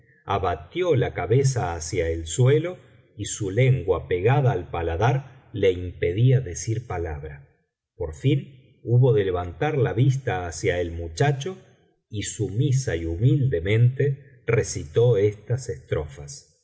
abatió la cabeza hacia el suelo y su lengua pegada al paladar le impedía decir palabra por fin hubo de levantar la vista hacia el muchacho y sumisa y humildemente recitó estas estrofas